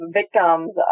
victims